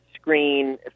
screen